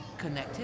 connectivity